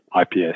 IPS